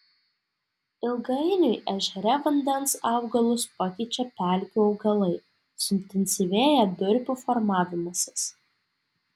ilgainiui ežere vandens augalus pakeičia pelkių augalai suintensyvėja durpių formavimasis